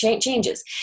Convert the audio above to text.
changes